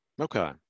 Okay